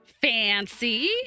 Fancy